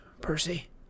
Percy